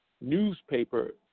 Newspaper